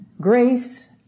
Grace